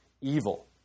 evil